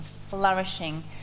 flourishing